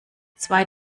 zwei